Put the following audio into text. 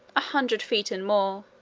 a hundred feet and more.